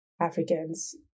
Africans